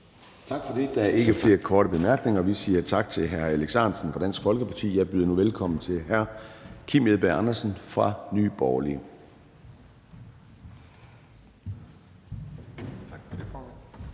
Tak for det. Det er ikke flere korte bemærkninger. Vi siger tak til hr. Alex Ahrendtsen fra Dansk Folkeparti. Og jeg byder nu velkommen til hr. Kim Edberg Andersen fra Nye Borgerlige.